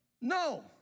No